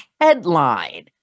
headline